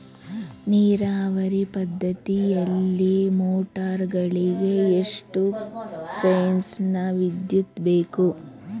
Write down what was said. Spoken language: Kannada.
ನೀರಾವರಿ ಪದ್ಧತಿಯಲ್ಲಿ ಮೋಟಾರ್ ಗಳಿಗೆ ಎಷ್ಟು ಫೇಸ್ ನ ವಿದ್ಯುತ್ ಬೇಕು?